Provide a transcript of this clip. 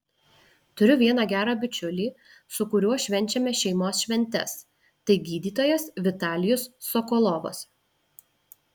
turiu vieną gerą bičiulį su kuriuo švenčiame šeimos šventes tai gydytojas vitalijus sokolovas